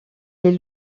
est